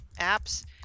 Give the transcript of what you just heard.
apps